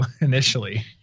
initially